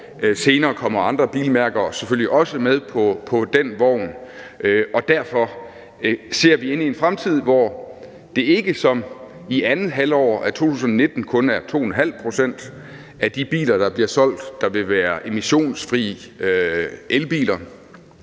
Senere kommer andre bilmærker selvfølgelig også med på den vogn, og derfor ser vi ind i en fremtid, hvor det ikke som i andet halvår af 2019 kun er 2½ pct. af de biler, der bliver solgt, der vil være emissionsfrie elbiler.